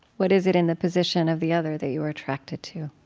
what is it in the position of the other that you are attracted to?